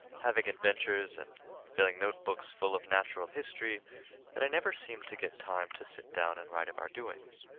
having adventures and filling note-books full of natural history that i never seemed to get time to sit down and write of our doings.